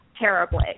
terribly